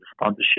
sponsorship